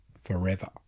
forever